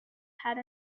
had